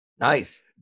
Nice